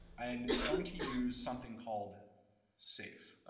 and it's going to use something called safe.